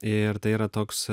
ir tai yra toks